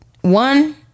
one